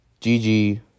GG